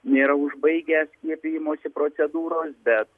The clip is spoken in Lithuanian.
nėra užbaigęs skiepijimosi procedūros bet